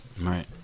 Right